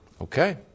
okay